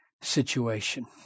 situation